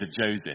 Joseph